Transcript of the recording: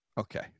Okay